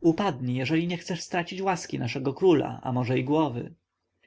upadnij jeżeli nie chcesz stracić łaski naszego króla a może i głowy